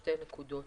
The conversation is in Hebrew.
שתי נקודות.